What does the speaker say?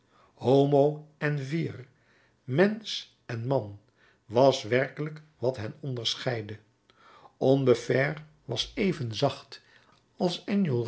homo en vir mensch en man was werkelijk wat hen onderscheidde combeferre was even zacht als